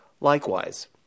Likewise